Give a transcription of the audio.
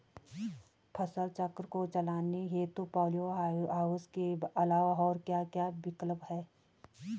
फसल चक्र को चलाने हेतु पॉली हाउस के अलावा और क्या क्या विकल्प हैं?